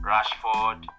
Rashford